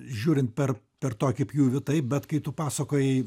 žiūrint per per tokį pjūvį taip bet kai tu pasakojai